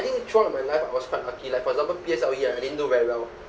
think throughout my life I was quite lucky like for example P_S_L_E I didn't do very well